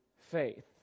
faith